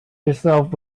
yourself